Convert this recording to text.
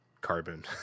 carbon